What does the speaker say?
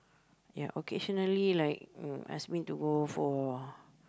ya occasionally like oh ask me to go for